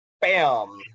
bam